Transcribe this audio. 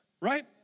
Right